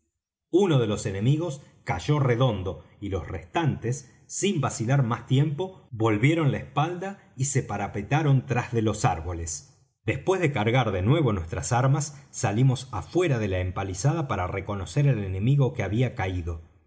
uno de los enemigos cayó redondo y los restantes sin vacilar más tiempo volvieron la espalda y se parapetaron tras de los árboles después de cargar de nuevo nuestras armas salimos afuera de la empalizada para reconocer al enemigo que había caído